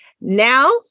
Now